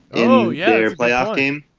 oh yeah. your playoff game.